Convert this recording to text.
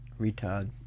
Retard